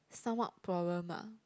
stomach problem ah